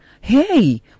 hey